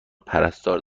پرستار